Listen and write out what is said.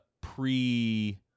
pre